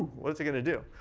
what's it going to do?